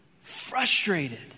frustrated